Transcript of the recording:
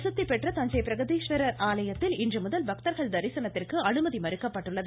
பிரசித்திபெற்ற தஞ்சை பிரகதீஸ்வரர் இன்றுமுதல் பக்தர்கள் தரிசனத்திற்கு அனுமதி மறுக்கப்பட்டுள்ளது